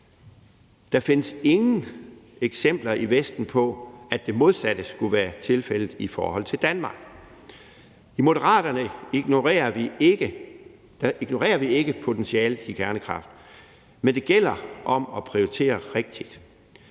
Der findes ingen eksempler i Vesten på, at det modsatte skulle være tilfældet i Danmark. I Moderaterne ignorerer vi ikke potentialet i kernekraft, men det gælder om at prioritere rigtigt.